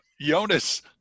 Jonas